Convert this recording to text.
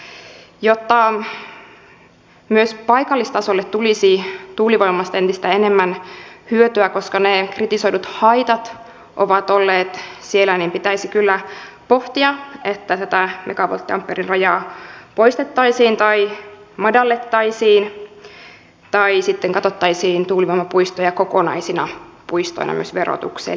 jotta myös paikallistasolle tulisi tuulivoimasta entistä enemmän hyötyä koska ne kritisoidut haitat ovat olleet siellä niin pitäisi kyllä pohtia sitä että tämä megavolttiampeeriraja poistettaisiin tai sitä madallettaisiin tai sitten katsottaisiin tuulivoimapuistoja kokonaisina puistoina myös verotuksellisesti